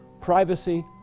privacy